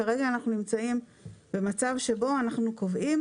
כרגע אנחנו נמצאים במצב שבו אנחנו קובעים